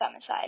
femicide